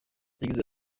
yagize